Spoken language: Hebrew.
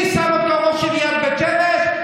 מי שם אותו ראש עיריית בית שמש?